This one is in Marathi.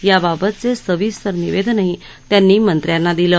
याबाबतचे सविस्तर निवेदनही त्यांनी मंत्र्याना दिलं